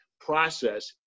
process